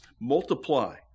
multiply